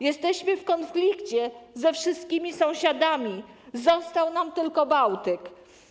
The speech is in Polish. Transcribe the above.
Jesteśmy w konflikcie ze wszystkimi sąsiadami, został nam tylko Bałtyk.